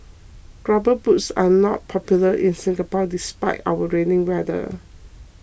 rubber boots are not popular in Singapore despite our rainy weather